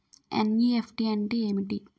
NEFT అంటే ఏమిటి?